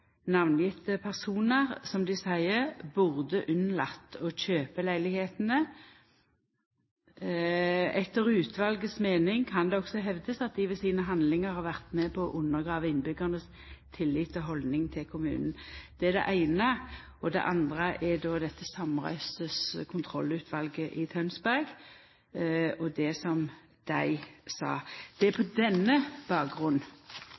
unnlatt å kjøpe leilighetene . Etter utvalgets mening kan det også hevdes at de ved sine handlinger har vært med på å undergrave innbyggernes tillit og holdning til kommunen». Det er det eine. Det andre er det samrøystes kontrollutvalet i Tønsberg, og det som dei sa. Det er på denne bakgrunn